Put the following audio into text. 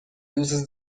uses